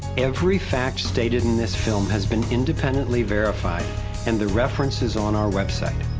every fact stated in this film has been independently verified and the reference is on our website.